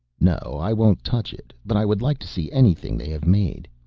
no, i won't touch it. but i would like to see anything they have made.